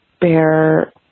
bear